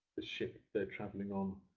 the ship they're travelling on,